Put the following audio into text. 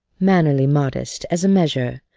mannerly-modest, as a measure,